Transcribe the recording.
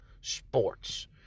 sports